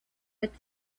with